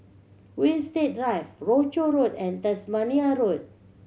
Winstedt Drive Rochor Road and Tasmania Road